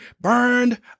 burned